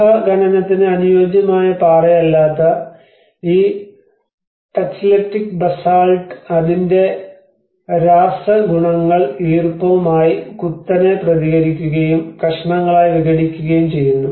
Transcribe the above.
ഗുഹ ഖനനത്തിന് അനുയോജ്യമായ പാറയല്ലാത്ത ഈ ടച്ചലെറ്റിക് ബസാൾട്ട് Tacheletic Basalt അതിന്റെ രാസഗുണങ്ങൾ ഈർപ്പവും ആയി കുത്തനെ പ്രതികരിക്കുകയും കഷണങ്ങളായി വിഘടിക്കുകയും ചെയ്യുന്നു